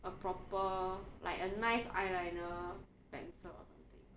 a proper like a nice eyeliner pencil or something